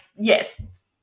yes